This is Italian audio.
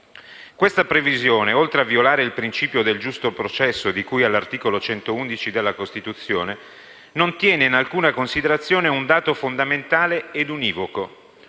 Questa previsione, oltre a violare il principio del giusto processo di cui all'articolo 111 della Costituzione, non tiene in alcuna considerazione un dato fondamentale e univoco